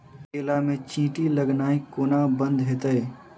केला मे चींटी लगनाइ कोना बंद हेतइ?